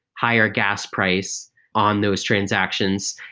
higher gas price on those transactions.